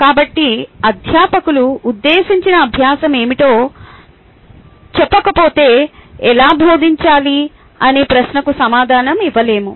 కాబట్టి అధ్యాపకులు ఉద్దేశించిన అభ్యాసం ఏమిటో చెప్పకపోతే ఎలా బోధించాలి అనే ప్రశ్నకి సమాధానం ఇవ్వలేము